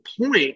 point